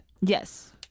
Yes